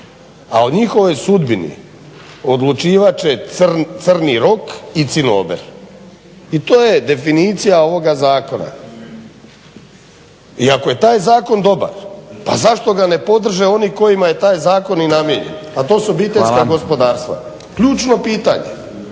a o njihovoj sustavi određivat će Crni rok i Cinober i to je definicija ovoga zakona. I ako je taj zakon dobar pa zašto ga ne podrže oni kojima je taj zakon kojima je namijenjen a to su obiteljska gospodarstva. Ključno pitanje.